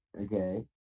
Okay